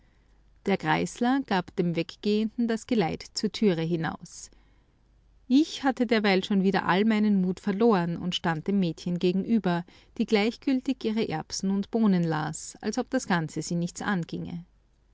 der griesler gab dem weggehenden das geleit zur türe hinaus ich hatte derweil schon wieder all meinen mut verloren und stand dem mädchen gegenüber die gleichgültig ihre erbsen und bohnen las als ob das ganze sie nichts anginge